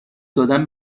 دادن